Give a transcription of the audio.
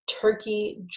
Turkey